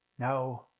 No